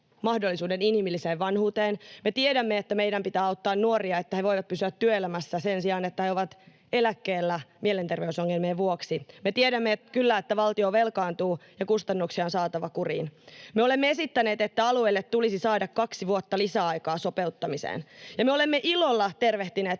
inhimilliseen vanhuuteen. Me tiedämme, että meidän pitää auttaa nuoria, että he voivat pysyä työelämässä sen sijaan, että he ovat eläkkeellä mielenterveysongelmien vuoksi. Me tiedämme kyllä, että valtio velkaantuu ja kustannuksia on saatava kuriin. Me olemme esittäneet, että alueille tulisi saada kaksi vuotta lisäaikaa sopeuttamiseen. Ja me olemme ilolla tervehtineet